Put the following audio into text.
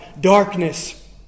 Darkness